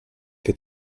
che